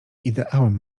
ideałem